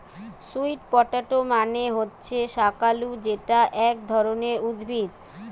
sweet potato মানে হচ্ছে শাকালু যেটা এক ধরণের উদ্ভিদ